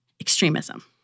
extremism